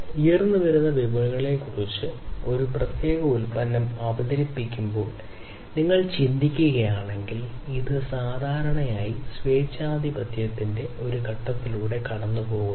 ഉയർന്നുവരുന്ന വിപണികളെക്കുറിച്ച് ഒരു പ്രത്യേക ഉൽപ്പന്നം അവതരിപ്പിക്കുമ്പോൾ നിങ്ങൾ ചിന്തിക്കുകയാണെങ്കിൽഇത് സാധാരണയായി സ്വേച്ഛാധിപത്യത്തിന്റെ ഒരു ഘട്ടത്തിലൂടെ കടന്നുപോകുന്നു